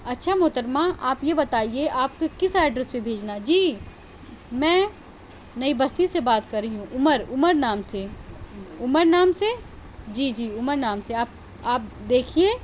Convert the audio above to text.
اچھا محترمہ آپ یہ بتائیے آپ کو کس ایڈریس پہ بھیجنا ہے جی میں نئی بستی سے بات کر رہی ہوں عمر عمر نام سے عمر نام سے جی جی عمر نام سے آپ آپ دیکھیے